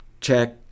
check